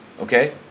Okay